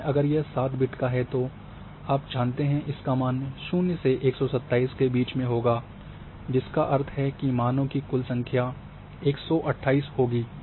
लेकिन अगर यह 7 बिट्स का है तो आप जानते हैं इसका मान 0 से 127 के बीच में होगा जिसका अर्थ है कि मानों की कुल संख्या है 128 होगी